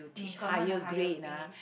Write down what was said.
they command a higher pay